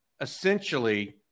Essentially